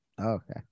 Okay